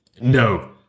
No